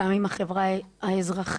גם עם החברה האזרחית,